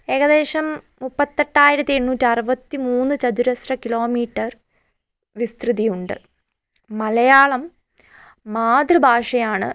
ഏകദേശം മുപ്പത്തെട്ടായിരത്തി എണ്ണുറ്ററുപത്തിമൂന്ന് ചതുരശ്ര കിലോമീറ്റർ വിസ്തൃതിയുണ്ട് മലയാളം മാതൃഭാഷയാണ്